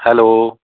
hello